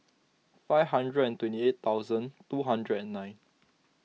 five hundred and twenty eight thousand two hundred and nine